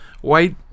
white